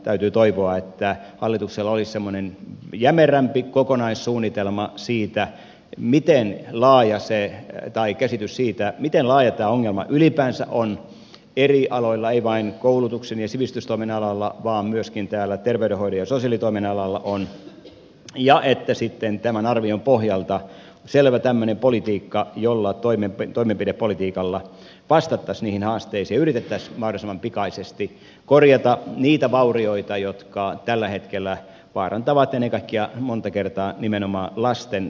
täytyy toivoa että hallituksella olisi semmoinen jämerämpi kokonaissuunnitelmaa siitä miten laaja essee tai käsitys siitä miten laaja tämä ongelma ylipäänsä on eri aloilla ei vain koulutuksen ja sivistystoimen alalla vaan myöskin täällä terveydenhoidon ja sosiaalitoimen alalla ja sitten tämän arvion pohjalta tämmöinen selvä toimenpidepolitiikka jolla vastattaisiin niihin haasteisiin ja yritettäisiin mahdollisimman pikaisesti korjata niitä vaurioita jotka tällä hetkellä vaarantavat terveyttä ennen kaikkea monta kertaa nimenomaan lasten terveyttä